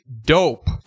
dope